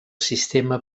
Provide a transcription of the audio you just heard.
sistema